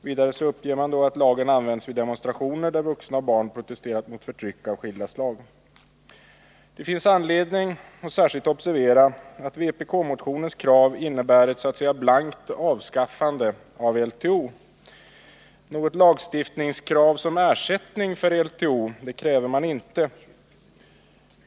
Vidare uppges det att lagen har använts vid demonstrationer, där vuxna och barn protesterat mot förtryck av skilda slag. Det finns anledning att särskilt observera att vpk-motionens krav innebär ett så att säga blankt avskaffande av LTO. Någon lagstiftning som ersättning för LTO krävs inte.